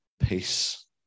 peace